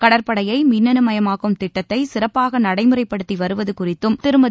கடற்படையை மின்னனு மையமாக்கும் திட்டத்தை சிறப்பாக நடைமுறைப்படுத்தி வருவது குறித்தும் திருமதி